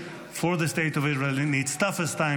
for the state of Israel in its toughest time.